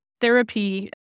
therapy